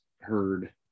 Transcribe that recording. heard